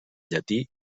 llatí